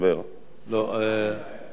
נענים להן.